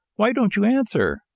why don't you answer?